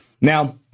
Now